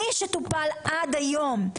מי שטופל עד היום,